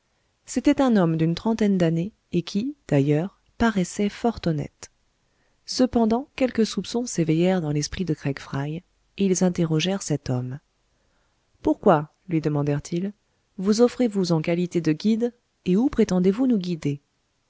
c'était un homme d'une trentaine d'années et qui d'ailleurs paraissait fort honnête cependant quelques soupçons s'éveillèrent dans l'esprit de craigfry et ils interrogèrent cet homme pourquoi lui demandèrent ils vous offrez vous en qualité de guide et où prétendez-vous nous guider